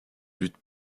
luttes